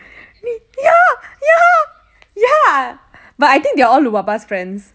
ya ya ya but I think they are all lubaba's friends